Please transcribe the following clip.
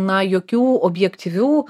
na jokių objektyvių